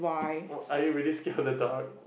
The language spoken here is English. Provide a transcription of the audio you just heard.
or are you really scared of the dark